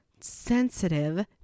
sensitive